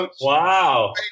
Wow